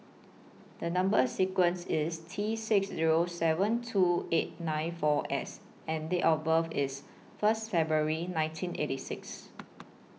The Number sequence IS T six Zero seven two eight nine four S and Date of birth IS First February nineteen eighty six